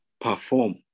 perform